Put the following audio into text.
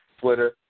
Twitter